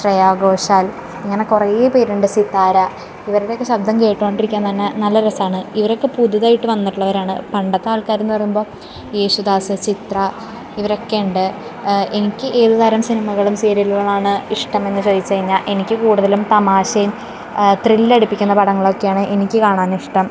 സ്രെയാ ഘോശാല് ഇങ്ങനെ കുറെ പേരുണ്ട് സിത്താര ഇവര്ടെയൊക്കെ ശബ്ദം കേട്ടോണ്ടിരിക്കാന് തന്നെ നല്ല രസമാണ് ഇവരൊക്കെ പുതുതായിട്ട് വന്നിട്ടുള്ളവരാണ് പണ്ടത്തെ ആള്ക്കാരെന്ന് പറയുമ്പോൾ യേശുദാസ് ചിത്ര ഇവരൊക്കെയുണ്ട് എനിക്ക് ഏത് തരം സിനിമകളും സീരിയലുകളുമാണ് ഇഷ്ടമെന്ന് ചോദിച്ചു കഴിഞ്ഞാൽ എനിക്ക് കൂടുതലും തമാശയും ത്രില്ലടിപ്പിക്കുന്ന പടങ്ങളൊക്കെയാണ് എനിക്ക് കാണാനിഷ്ടം